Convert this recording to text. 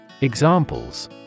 Examples